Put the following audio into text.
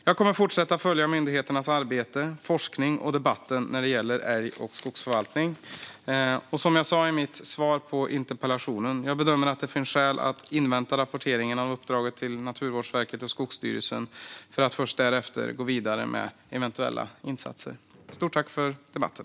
Jag kommer att fortsätta följa myndigheternas arbete, forskningen och debatten när det gäller älg och skogsförvaltning. Som jag sa i mitt svar på interpellationen bedömer jag att det finns skäl att invänta rapporteringen av uppdraget till Naturvårdsverket och Skogsstyrelsen för att först därefter gå vidare med eventuella insatser. Stort tack för debatten!